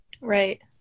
Right